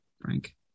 Frank